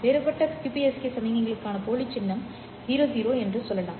வேறுபட்ட QPSK சமிக்ஞைக்கான போலி சின்னம் 00 என்று சொல்லலாம்